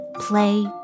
Play